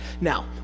Now